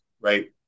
right